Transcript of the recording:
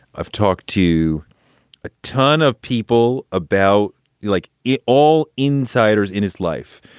i've talked to a ton of people about you like it all insiders in his life,